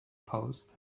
post